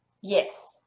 Yes